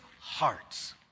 hearts